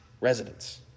residents